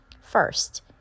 First